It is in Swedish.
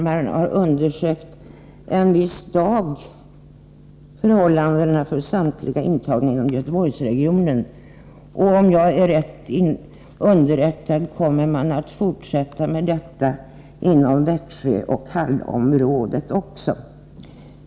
Man har under en viss dag undersökt förhållandena för samtliga intagna i Göteborgsregionen. Om jag är rätt underrättad kommer man att genomföra sådana undersökningar även i Växjöoch Hallområdena.